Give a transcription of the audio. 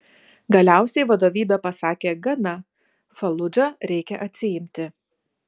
galiausiai vadovybė pasakė gana faludžą reikia atsiimti